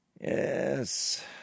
Yes